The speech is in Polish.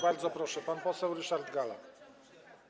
Bardzo proszę, pan poseł Ryszard Galla.